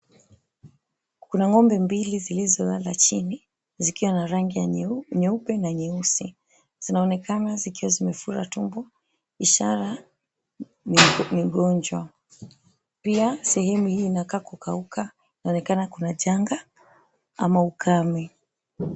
Kuna ng'ombe mbili zilizolala chini zikiwa na rangi ya nyeupe na nyeusi. Zinaonekana zikiwa zimefura tumbo ishara ni gonjwa. Pia sehemu hii inakaa kukauka inaonekana kuna janga ama ukame.